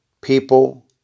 people